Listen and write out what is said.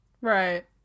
Right